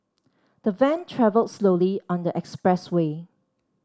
the van travelled slowly on the expressway